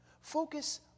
Focus